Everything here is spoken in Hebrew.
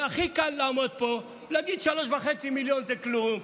הכי קל לעמוד פה ולהגיד ש-3.5 מיליון זה כלום,